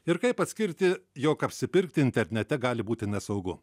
ir kaip atskirti jog apsipirkti internete gali būti nesaugu